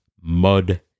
mud